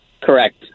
Correct